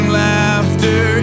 laughter